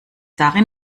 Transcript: darin